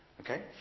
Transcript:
Okay